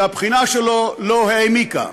שהבחינה שלו לא העמיקה.